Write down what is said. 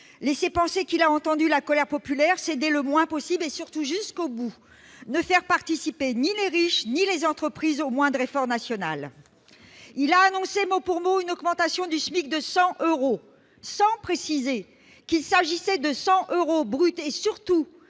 laisser penser qu'il a entendu la colère populaire, céder le moins possible et, surtout, jusqu'au bout, ne faire participer ni les riches ni les entreprises au moindre effort national. Il a annoncé mot pour mot une « augmentation du SMIC de 100 euros », sans préciser qu'il s'agissait de 100 euros bruts et que